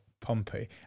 Pompey